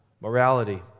morality